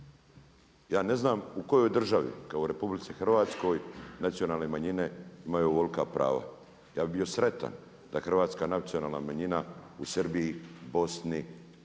Ja ne znam u kojoj državi kao u Republici Hrvatskoj nacionalne manjine imaju ovolika prava. Ja bih bio sretan da hrvatska nacionalna manjina u Srbiji, Bosni, gdje smo